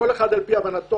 כל אחד על פי הבנתו,